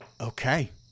Okay